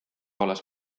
alles